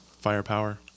firepower